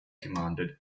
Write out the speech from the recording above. commanded